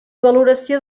valoració